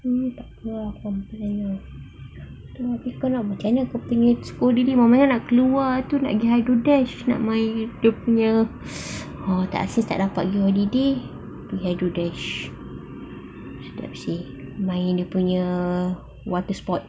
abeh takpe lah kan sebenarnya kena pergi sekolah macam mana the next school holiday mama nak keluar nak pergi hydrodash nak main dia punya ah since tak dapat pergi holiday pergi hydrodash main dia punya water sport